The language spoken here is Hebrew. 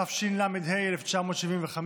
התשל"ה 1975,